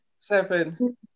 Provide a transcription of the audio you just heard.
seven